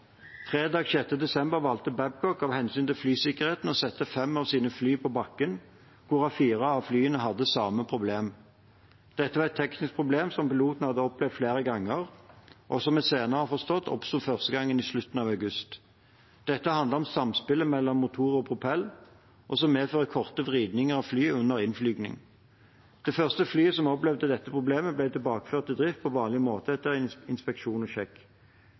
desember valgte Babcock av hensyn til flysikkerheten å sette fem av sine fly på bakken, hvorav fire av flyene hadde samme problem. Dette var et teknisk problem som pilotene hadde opplevd flere ganger, og som vi senere har forstått at oppsto første gang i slutten av august. Dette handlet om samspillet mellom motor og propell, og som medførte korte vridninger av flyet under innflygning. Det første flyet som opplevde dette problemet, ble tilbakeført til drift på vanlig måte etter inspeksjon og sjekk.